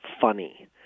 funny